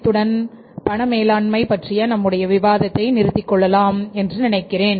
இத்துடன் பணம் மேலாண்மை பற்றிய நம்முடைய விவாதத்தை நிறுத்திக் கொள்ளலாம் என்று நினைக்கிறேன்